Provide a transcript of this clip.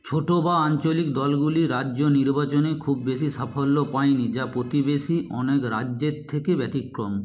ছোটো বা আঞ্চলিক দলগুলি রাজ্য নির্বাচনে খুব বেশি সাফল্য পায় নি যা প্রতিবেশী অনেক রাজ্যের থেকে ব্যতিক্রম